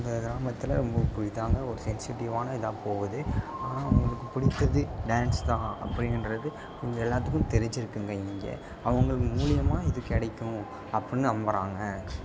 இந்த கிராமத்தில் ரொம்ப இதாக சென்ஸ்சிடிவான இதாக போகுது ஆனால் அவங்களுக்கு பிடித்தது டான்ஸ் தான் அப்படின்றது இவங்க எல்லாத்துக்கும் தெரிஞ்சுருக்குங்க இங்கே அவுங்க மூலிமா இது கிடைக்கும் அப்புடின்னு நம்புகிறாங்க